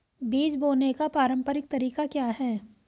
बीज बोने का पारंपरिक तरीका क्या है?